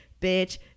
bitch